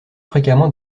fréquemment